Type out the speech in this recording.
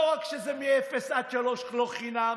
לא רק שזה מאפס עד שלוש לא חינם,